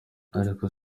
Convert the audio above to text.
ariko